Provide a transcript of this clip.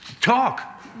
talk